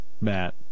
Matt